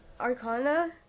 Arcana